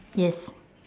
yes